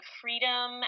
freedom